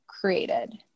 created